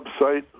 website